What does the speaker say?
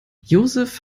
josef